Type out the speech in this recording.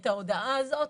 את ההודעה הזאת,